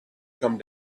come